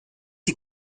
die